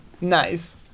Nice